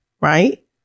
right